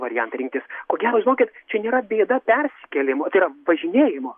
variantą rinktis ko gero žinokit čia nėra bėda persikėlimo tai yra važinėjimo